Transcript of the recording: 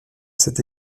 cet